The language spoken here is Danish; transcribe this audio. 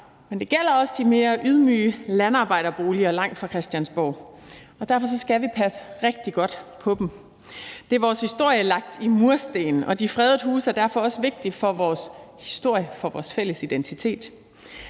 men det gælder også de mere ydmyge landarbejderboliger langt fra Christiansborg, og derfor skal vi passe rigtig godt på dem. Det er vores historie lagt i mursten, og de fredede huse er derfor også vigtige for vores historie, for vores fælles identitet.